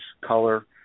color